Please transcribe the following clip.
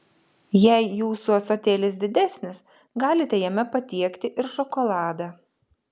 jei jūsų ąsotėlis didesnis galite jame patiekti ir šokoladą